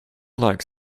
like